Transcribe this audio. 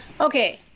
Okay